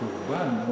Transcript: חורבן?